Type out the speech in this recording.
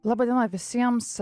laba diena visiems